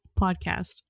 Podcast